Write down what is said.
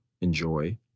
enjoy